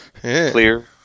Clear